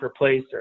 replacer